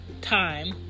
time